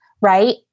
right